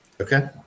Okay